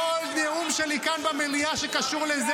כל נאום שלי כאן במליאה שקשור לזה,